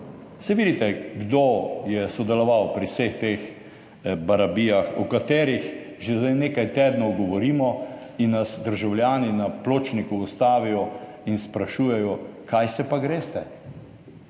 Saj vidite, kdo je sodeloval pri vseh teh barabijah, o katerih že zdaj nekaj tednov govorimo in nas državljani na pločniku ustavijo in sprašujejo, kaj se pa greste.